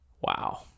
Wow